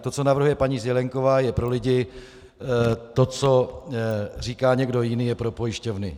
To, co navrhuje paní Zelienková, je pro lidi, to, co říká někdo jiný, je pro pojišťovny.